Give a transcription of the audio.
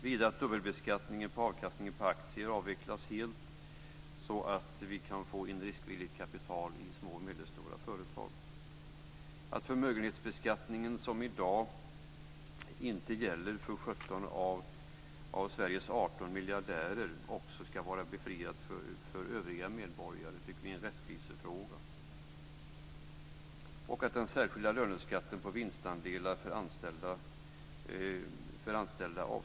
Vidare ska dubbelbeskattningen på avkastningen på aktier avvecklas helt. Så kan vi få in riskvilligt kapital i små och medelstora företag. 18 miljardärer är befriade från bör tas bort för övriga medborgare. Det är en rättvisefråga.